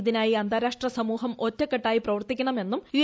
ഇതിനായി അന്താരാഷ്ട്ര സമൂഹം ഒറ്റക്കെട്ടായി പ്രവർത്തിക്കണമെന്നും യു